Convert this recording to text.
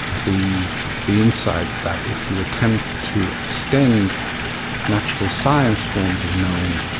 the the insight that if you attempt to extend natural science forms of knowing,